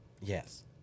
yes